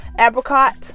apricot